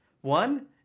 One